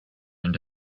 into